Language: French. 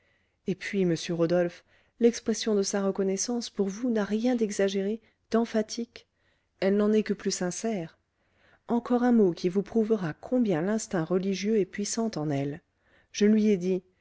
et puis monsieur rodolphe l'expression de sa reconnaissance pour vous n'a rien d'exagéré d'emphatique elle n'en est que plus sincère encore un mot qui vous prouvera combien l'instinct religieux est puissant en elle je lui ai dit